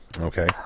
Okay